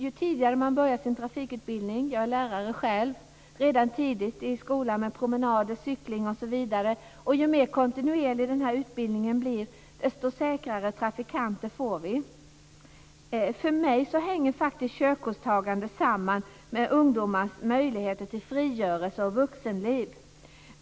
Ju tidigare man börjar sin trafikutbildning - redan tidigt i skolan med promenader, cykling osv.- och ju mer kontinuerlig denna utbildning blir, desto säkrare trafikanter får vi. För mig hänger faktiskt körkortstagande samman med ungdomars möjligheter till frigörelse och vuxenliv.